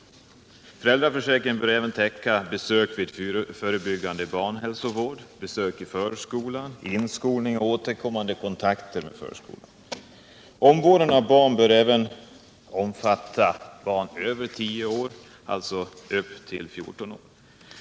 Den bör även täcka inkomstbortfall vid besök i samband med förebyggande barnhälsovård, besök i förskolan, inskolning och återkommande kontakter med förskolan. Ersättning för omvårdnad av barn bör även gälla barn över 10 år. I motionen föreslås att gränsen skall höjas till 14 år.